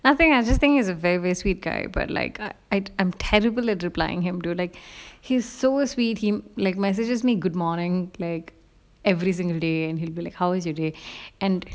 I think I just thing is uh various we'd guide but like I I am terrible at are playing him do like he's so weird he like messages me good morning leh every single day and he'll be like how is your day and